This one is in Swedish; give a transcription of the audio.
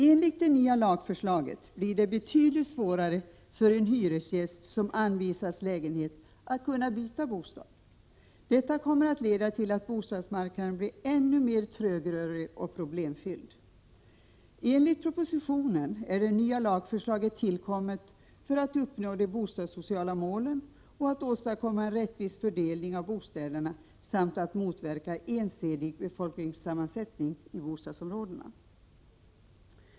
Enligt det nya lagförslaget blir det betydligt svårare för en hyresgäst som anvisats lägenhet att kunna byta bostad. Detta kommer att leda till att bostadsmarknaden blir ännu mera trögrörlig och problemfylld. Enligt propositionen är det nya lagförslaget tillkommet för att uppnå de bostadssociala målen och att åstadkomma en rättvis fördelning av bostäderna samt att motverka ensidig befolkningssammansättning i bostadsområdena.